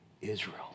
Israel